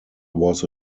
was